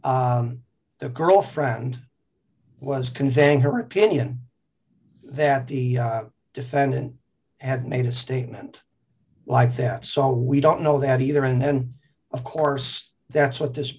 the girlfriend was conveying her opinion that the defendant had made a statement like that so we don't know that either and then of course that's what this